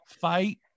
fight